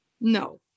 No